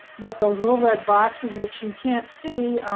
but those little red boxes, which you can't see,